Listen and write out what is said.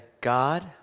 God